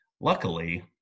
luckily